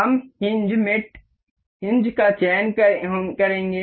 हम हिन्ज का चयन करेंगे